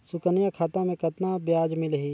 सुकन्या खाता मे कतना ब्याज मिलही?